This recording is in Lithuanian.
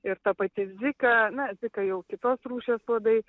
ir ta pati zika na ziką jau kitos rūšies uodai